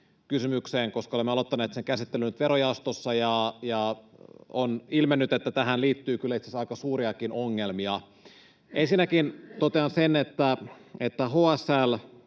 koska olemme aloittaneet sen käsittelyn nyt verojaostossa ja on ilmennyt, että tähän liittyy kyllä itse asiassa aika suuriakin ongelmia. Ensinnäkin totean, että HSL